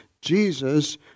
Jesus